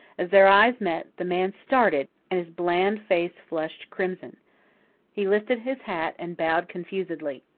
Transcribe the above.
as their eyes met, the man started and his bland face flushed crimson he lifted his hat and bowed confusedly.